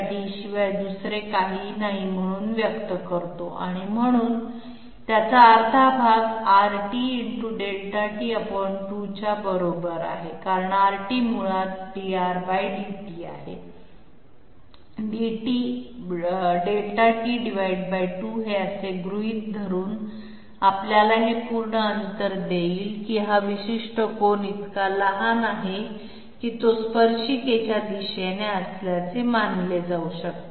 ∆t शिवाय दुसरे काहीही नाही म्हणून व्यक्त करतो म्हणून त्याचा अर्धा भाग Rt×∆t2 च्या बरोबर आहे कारण Rt मुळात drdt आहे ×∆t2 हे असे गृहीत धरून आपल्याला हे पूर्ण अंतर देईल की हा विशिष्ट कोन इतका लहान आहे की तो स्पर्शिकेच्या दिशेने असल्याचे मानले जाऊ शकते